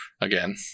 again